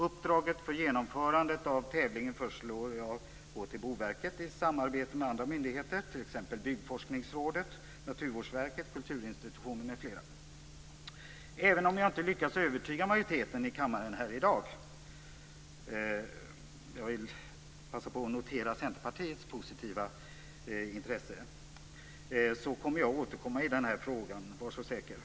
Uppdraget för genomförandet av tävlingen föreslår jag går till Boverket i samarbete med andra myndigheter, t.ex. med Byggforskningsrådet, Jag kanske inte lyckas övertyga majoriteten i kammaren i dag - jag noterar Centerpartiets positiva intresse - men jag återkommer i denna fråga. Det kan ni vara säkra på.